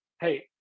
Hey